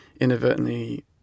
inadvertently